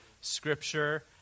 Scripture